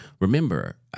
Remember